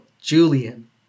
Julian